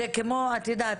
את יודעת,